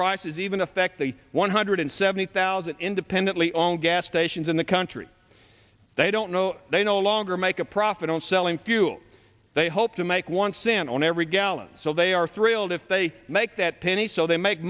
prices even affect the one hundred seventy thousand independently owned gas stations in the country they don't know they no longer make a profit on selling fuel they hope to my one cent on every gallon so they are thrilled if they make that penny so they make